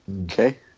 okay